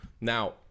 Now